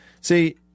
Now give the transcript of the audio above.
See